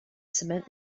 cement